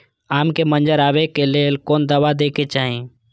आम के मंजर आबे के लेल कोन दवा दे के चाही?